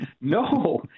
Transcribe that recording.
No